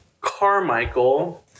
Carmichael